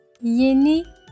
Yeni